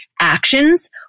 actions